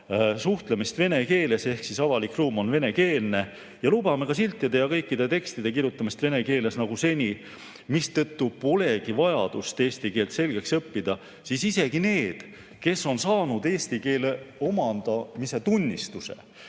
suhtlemist vene keeles ehk avalik ruum on venekeelne ja lubame ka siltide ja kõikide tekstide kirjutamist vene keeles nagu seni, mistõttu polegi vajadust eesti keelt selgeks õppida, siis isegi need, kes on saanud eesti keele omandamise tunnistuse